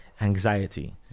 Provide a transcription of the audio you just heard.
anxiety